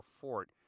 fort